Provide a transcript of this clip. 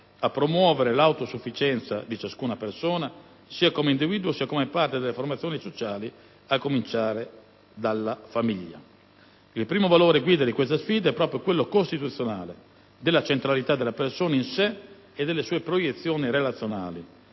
a promuovere l'autosufficienza di ciascuna persona, sia come individuo sia come parte delle formazioni sociali, a cominciare dalla famiglia. Il primo valore guida in questa sfida è proprio quello costituzionale della centralità della persona, in sé e nelle sue proiezioni relazionali: